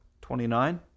Twenty-nine